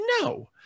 no